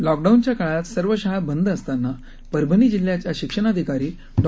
लॉकडाऊनच्याकाळातसर्वशाळाबंदअसताना परभणीजिल्ह्याच्याशिक्षणाधिकारीडॉ